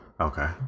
Okay